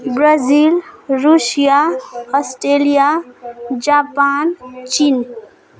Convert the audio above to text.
Brazil Russia Australia Japan Chin